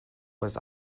was